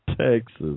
Texas